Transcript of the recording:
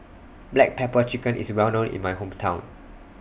Black Pepper Chicken IS Well known in My Hometown